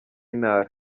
ntara